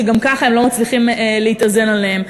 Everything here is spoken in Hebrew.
שגם ככה הן לא מצליחות להתאזן בהם.